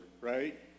right